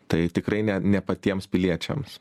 tai tikrai ne ne patiems piliečiams